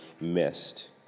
missed